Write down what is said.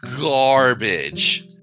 garbage